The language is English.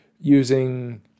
using